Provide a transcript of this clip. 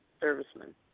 servicemen